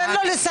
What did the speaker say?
תן לו לסיים.